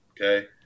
Okay